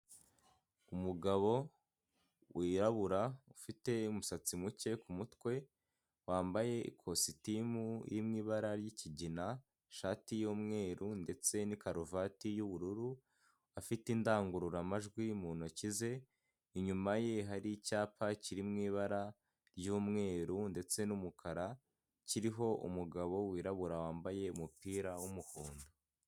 Umugabo wirabura, ufite umusatsi muke ku mutwe, wambaye ikositimu irimo ibara ry'ikigina, ishati y'umweru ndetse n'ikaruvati y'ubururu, afite indangururamajwi mu ntoki ze, inyuma ye hari icyapa kiri mu ibara ry'umweru ndetse n'umukara, kiriho umugabo wirabura wambaye umupira w'umuhondo.